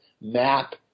map